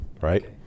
right